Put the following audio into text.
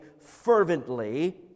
fervently